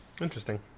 Interesting